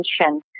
attention